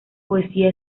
poesía